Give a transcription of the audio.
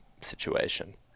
situation